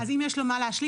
אם יש לו מה להשלים.